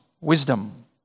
wisdom